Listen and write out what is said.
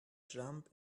jump